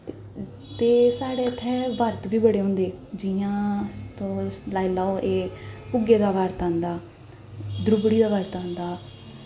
ते साढ़ै इत्थै बरत बी बड़े होंदे जि'यां तुस लाई लैओ एह् पुग्गे दा बरत आंदा दर्बड़िया दा बरत आंदा